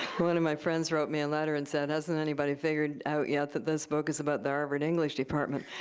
one of my friends wrote me a letter and said, hasn't anybody figured out yet that this book is about the harvard english department,